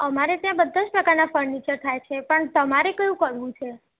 અમારે ત્યાં બધાં જ પ્રકારનાં ફર્નીચર થાય છે પણ તમારે કયું કરવું છે